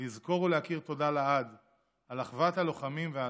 לזכור ולהכיר תודה לעד על אחוות הלוחמים וההצלה.